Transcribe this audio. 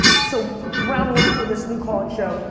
so ground rules for this new call in show,